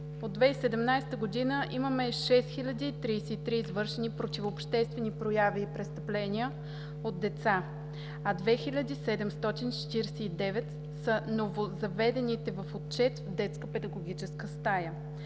От 2017 г. имаме 6033 извършени противообществени прояви и престъпления от деца, а 2749 са новозаведените на отчет в Детска педагогическа стая.